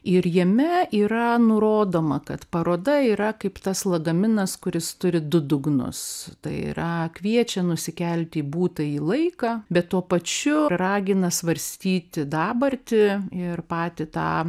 ir jame yra nurodoma kad paroda yra kaip tas lagaminas kuris turi du dugnus tai yra kviečia nusikelti į būtąjį laiką bet tuo pačiu ragina svarstyti dabartį ir patį tą